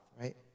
right